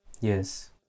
Yes